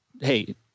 hey